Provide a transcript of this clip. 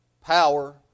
power